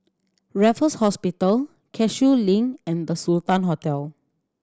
Raffles Hospital Cashew Link and The Sultan Hotel